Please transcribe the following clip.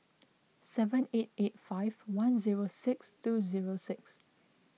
seven eight eight five one zero six two zero six